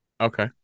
Okay